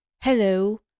Hello